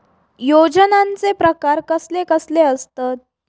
योजनांचे प्रकार कसले कसले असतत?